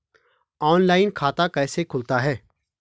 Online खाता कैसे खुलता है?